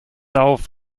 auf